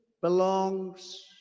belongs